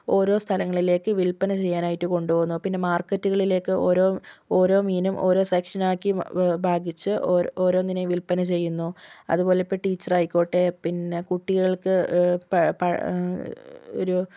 ഓരോ സ്ഥലങ്ങളിലേക്ക് വിൽപ്പന ചെയ്യാനായിട്ട് കൊണ്ടുപോകുന്നു പിന്നെ മാർക്കറ്റികളിലേക്ക് ഓരോ ഓരോ മീനും ഓരോ സെക്ഷനാക്കി ബാ ഭാഗിച്ച് ഓ ഓരോന്നിനെ വിൽപ്പന ചെയ്യുന്നു അതുപോലെ ഇപ്പോൾ ടീച്ചറായിക്കോട്ടെ പിന്നെ കുട്ടികൾക്ക് പ പ ഒരു